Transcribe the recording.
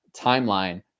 timeline